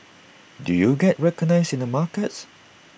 do you get recognised in the markets